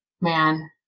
man